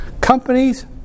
Companies